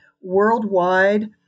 worldwide